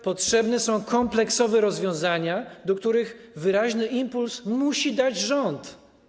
Potrzebne są jednak kompleksowe rozwiązania, do których wyraźny impuls musi dać rząd.